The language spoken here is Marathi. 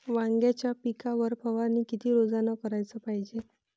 वांग्याच्या पिकावर फवारनी किती रोजानं कराच पायजे?